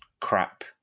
crap